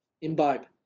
imbibe